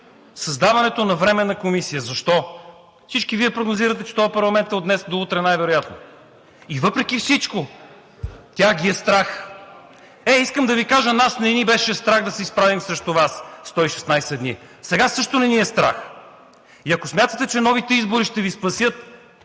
създаването на временна комисия. Защо? Всички Вие прогнозирате, че този парламент е от днес до утре най-вероятно, и въпреки всичко тях ги е страх. Е, искам да Ви кажа – нас не ни беше страх да се изправим срещу Вас 116 дни. Сега също не ни е страх. И ако смятате, че новите избори ще Ви спасят